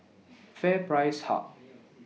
FairPrice Hub